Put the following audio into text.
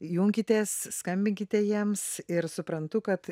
junkitės skambinkite jiems ir suprantu kad